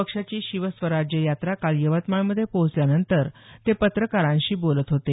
पक्षाची शिवस्वराज्य यात्रा काल यवतमाळमध्ये पोहोचल्यानंतर ते पत्रकारांशी बोलत होते